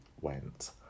went